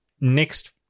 next